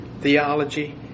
Theology